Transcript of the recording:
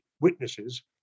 witnesses